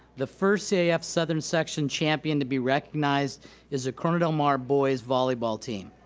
the first cif southern section champion to be recognized is the corona del mar boys volleyball team.